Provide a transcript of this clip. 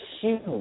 huge